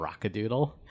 Rockadoodle